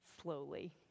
slowly